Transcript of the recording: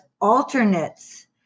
alternates